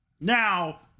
Now